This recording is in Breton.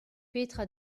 petra